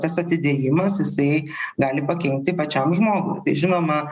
tas atidėjimas jisai gali pakenkti pačiam žmogų žinoma